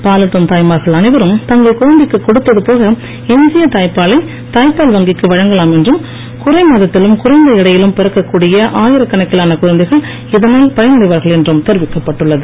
பாலுட்டும் தாய்மார்கள் அனைவரும் தங்கள் குழந்தைக்கு கொடுத்தது போக எஞ்சிய தாய்ப்பாலை தாய்ப்பால் வழங்கலாம் என்றும் குறைமாதத்திலும் குறைந்த எடையிலும் பிறக்கக் கூடிய ஆயிரக்கணக்கிலான குழந்தைகள் இதனால் பயனடைவார்கள் என்றும் தெரிவிக்கப்பட்டுள்ளது